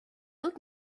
old